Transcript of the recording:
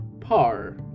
Par